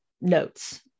notes